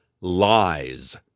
lies